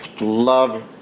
love